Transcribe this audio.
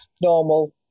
normal